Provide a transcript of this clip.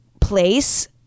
place